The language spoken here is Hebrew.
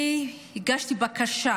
אני הגשתי בקשה